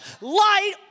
light